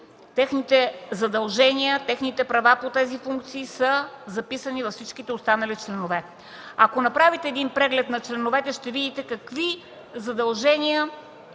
Техните задължения и права по тези функции са записани във всички останали членове. Ако направите преглед на членовете, ще видите какви задължения